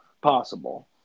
possible